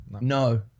No